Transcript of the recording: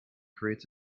creates